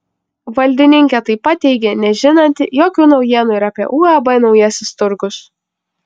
valdininkė taip pat teigė nežinanti jokių naujienų ir apie uab naujasis turgus